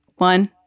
One